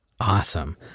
Awesome